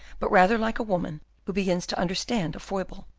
but rather like a woman who begins to understand a foible,